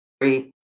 Three